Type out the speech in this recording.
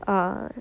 ah